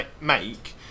make